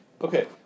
Okay